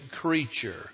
creature